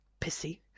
pissy